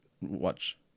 watch